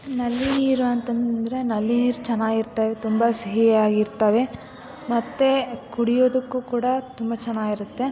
ನಲ್ಲಿ ನೀರು ಅಂತಂದರೆ ನಲ್ಲಿ ನೀರು ಚೆನ್ನಾಗಿ ಇರ್ತಾವೆ ತುಂಬ ಸಿಹಿಯಾಗಿ ಇರ್ತಾವೆ ಮತ್ತೆ ಕುಡಿಯುವುದಕ್ಕು ಕೂಡ ತುಂಬ ಚೆನ್ನಾಗಿ ಇರತ್ತೆ